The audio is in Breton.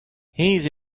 hennezh